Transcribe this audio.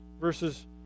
Verses